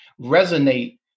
resonate